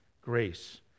grace